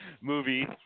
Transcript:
movie